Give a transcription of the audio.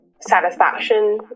satisfaction